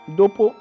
dopo